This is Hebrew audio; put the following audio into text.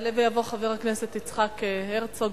יעלה ויבוא חבר הכנסת יצחק הרצוג,